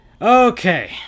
Okay